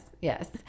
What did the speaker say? yes